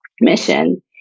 mission